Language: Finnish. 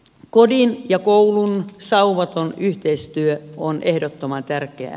kodin ja koulun saumaton yhteistyö on ehdottoman tärkeää